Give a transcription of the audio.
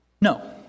no